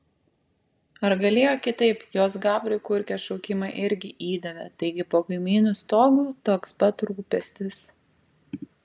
ar galėjo kitaip jos gabriui kurkė šaukimą irgi įdavė taigi po kaimynų stogu toks pat rūpestis